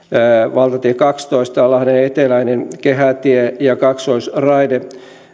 valtatie kahdentoista lahden eteläinen kehätie ja kaksoisraide